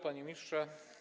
Panie Ministrze!